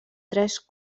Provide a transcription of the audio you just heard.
tres